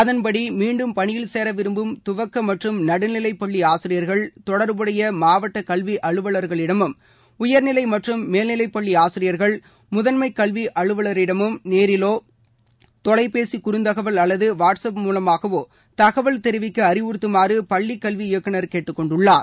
அதன்படி மீண்டும் பணியில் சேர விரும்பும் துவக்க மற்றும் நடுநிலைப்பள்ளி ஆசிரியர்கள் தொடர்புடைய மாவட்ட கல்வி அலுவலர்களிடமும் உயர்நிலை மற்றும் மேல்நிலைப்பள்ளி ஆசிரியர்கள் முதன்மைக் கல்வி அலுவலரிடமும் நேரிவோ தொலைபேசி குறந்தகவல் அல்லது வாட்ஸ் அப் மூலமாகவோ தகவல் தெரிவிக்க அறிவுறுத்துமாறு பள்ளிக்கல்வி இயக்குநர் கேட்டுக் கொண்டுள்ளார்